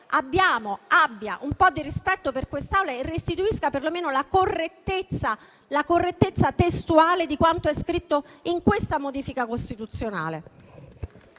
abbia un po' di rispetto per quest'Aula. Restituisca, perlomeno, la correttezza testuale di quanto è scritto in questa modifica costituzionale.